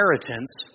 inheritance